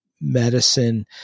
medicine